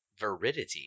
Veridity